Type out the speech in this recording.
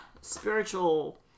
spiritual